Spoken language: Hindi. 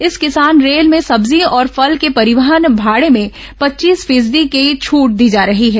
इस किसान रेल में सब्जी और फल के परिवहन भाड़े में पचास फीसदी की छूट दी जा रही है